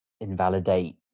invalidate